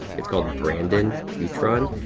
it's called brandon huitron.